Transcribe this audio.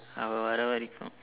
அவ வர வரைக்கும்:ava vara varaikkum